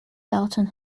dalton